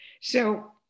So-